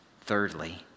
thirdly